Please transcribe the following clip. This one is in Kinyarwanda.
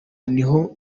niho